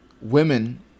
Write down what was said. women